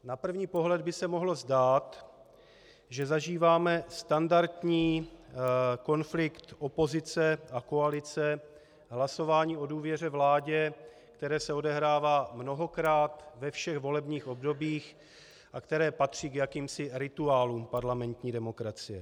Na první pohled by se mohlo zdát, že zažíváme standardní konflikt opozice a koalice, hlasování o důvěře vládě, které se odehrává mnohokrát ve všech volebních obdobích a které patří k jakýmsi rituálům parlamentní demokracie.